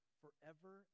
forever